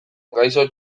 gaixo